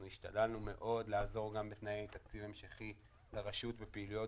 אנחנו השתדלנו מאוד לעזור גם בתנאי תקציב המשכי לרשות ופעילויות